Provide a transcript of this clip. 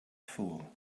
fool